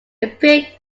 appeared